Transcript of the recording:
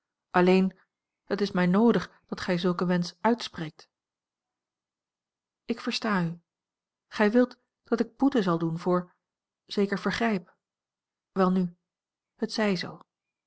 alleen het is mij noodig dat gij zulken wensch uitspreekt ik versta u gij wilt dat ik boete zal doen voor zeker vergrijp welnu het zij zoo